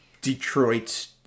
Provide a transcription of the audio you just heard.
Detroit